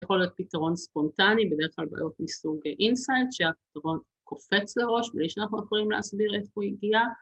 ‫יכול להיות פתרון ספונטני, ‫בדרך כלל בעיות מסוג inside, ‫שהפתרון קופץ לראש ‫בלי שאנחנו יכולים להסביר איפה הוא הגיע.